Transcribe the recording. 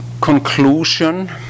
conclusion